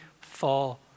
fall